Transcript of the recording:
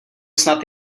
snad